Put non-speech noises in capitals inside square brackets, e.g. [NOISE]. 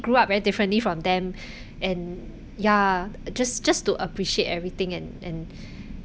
grew up very differently from them [BREATH] and ya just just to appreciate everything and and